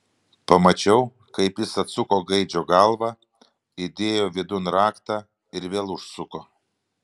pamačiau kaip jis atsuko gaidžio galvą įdėjo vidun raktą ir vėl užsuko